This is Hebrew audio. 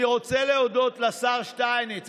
אני רוצה להודות לשר שטייניץ.